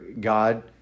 God